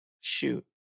shoot